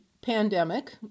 pandemic